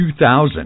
2000